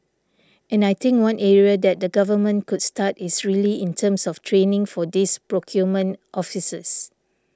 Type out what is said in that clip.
and I think one area that the Government could start is really in terms of training for these procurement officers